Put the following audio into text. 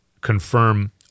confirm